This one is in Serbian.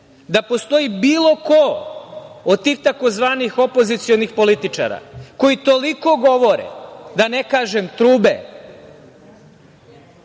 da postoji bilo ko od tih tzv. „opozicionih političara“ koji toliko govore, da ne kažem trube